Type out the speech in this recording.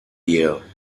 year